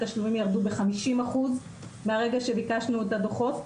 התשלומים ירדו ב-50% מהרגע שביקשנו את הדוחות,